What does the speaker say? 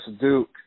Duke